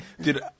dude